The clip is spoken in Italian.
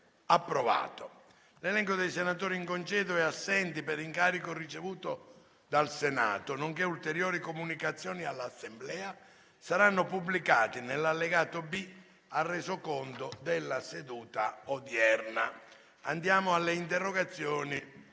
finestra"). L'elenco dei senatori in congedo e assenti per incarico ricevuto dal Senato, nonché ulteriori comunicazioni all'Assemblea saranno pubblicati nell'allegato B al Resoconto della seduta odierna. **Svolgimento di interrogazioni